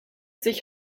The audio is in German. sich